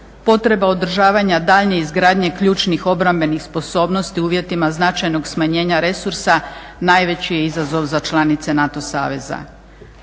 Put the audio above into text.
Potreba održavanja daljnje izgradnje ključnih obrambenih sposobnosti u uvjetima značajnog smanjenja resursa najveći je izazov za članice NATO saveza.